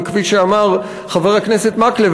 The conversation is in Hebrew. וכפי שאמר חבר הכנסת מקלב,